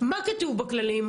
אז קודם כל העניין הביטחוני.